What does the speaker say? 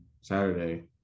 Saturday